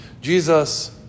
Jesus